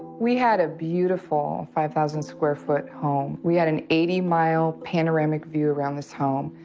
we had a beautiful five thousand square foot home. we had an eighty mile panoramic view around this home.